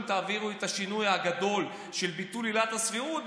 תעבירו את השינוי הגדול של ביטול עילת הסבירות,